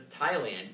Thailand